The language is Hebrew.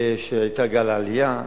כשהיה גל עלייה.